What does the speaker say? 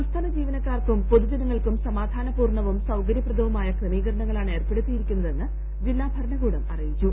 സംസ്ഥാന ജീവനക്കാർക്കും പൊതുജനങ്ങൾക്കും സമാധാനപൂർണവും സൌകര്യപ്രദവുമായ ക്രമീകരണങ്ങളാണ് ഏർപ്പെടുത്തിയിരിക്കുന്നതെന്ന് ജില്ലാ ഭരണകൂടം അറിയിച്ചു